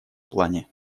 плане